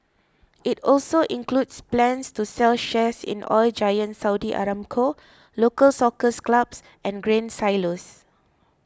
it also includes plans to sell shares in Oil Giant Saudi Aramco Local Soccer Clubs and Grain Silos